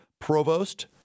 provost